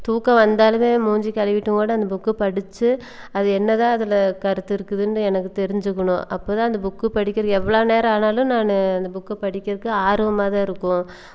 தூக்கம் வந்தாலும் மூஞ்சு கழுவிட்டுஓட அந்த புக்கு படித்து அது என்னதான் அதில் கருத்து இருக்குதுன்னு எனக்கு தெரிஞ்சிக்கணும் அப்போதான் அந்த புக்கு படிக்கிறது எவ்வளோ நேரம் ஆனாலும் நான் அந்த புக்கை படிக்கிறதுக்கு ஆர்வமாகதான் இருக்கும்